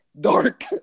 dark